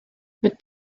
mit